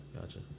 Gotcha